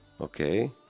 Okay